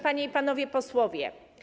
Panie i Panowie Posłowie!